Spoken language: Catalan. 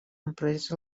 empresa